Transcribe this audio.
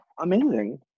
amazing